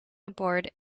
aboard